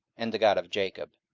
and the god of jacob.